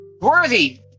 worthy